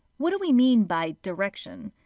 what do we mean by direction?